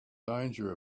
danger